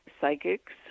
psychics